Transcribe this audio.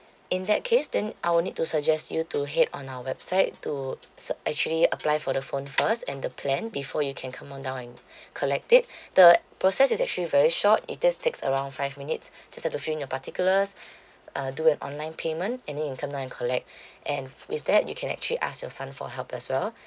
in that case then I will need to suggest you to head on our website to s~ actually apply for the phone first and the plan before you can come on down and collect it the process is actually very short it just takes around five minutes just have to fill in your particulars uh do an online payment and then you come down and collect and with that you can actually ask your son for help as well